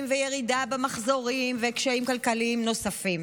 וירידה במחזורים וקשיים כלכליים נוספים.